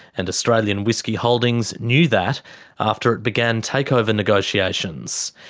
and australian whisky holdings knew that after it began takeover negotiations.